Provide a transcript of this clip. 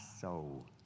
Soul